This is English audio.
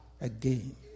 again